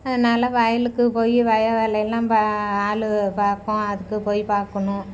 அதனால வயலுக்கு போய் வயல் வேலை எல்லாம் பா ஆள் பக்கம் அதுக்கு போய் பார்க்கணும்